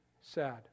sad